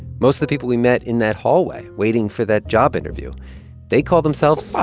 most of the people we met in that hallway waiting for that job interview they call themselves.